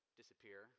disappear